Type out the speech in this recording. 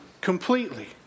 completely